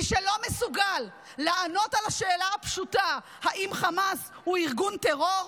מי שלא מסוגל לענות על השאלה הפשוטה אם חמאס הוא ארגון טרור,